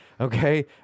Okay